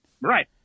right